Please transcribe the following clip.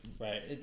right